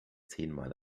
zehnmal